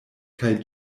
kaj